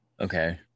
Okay